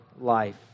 life